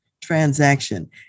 transaction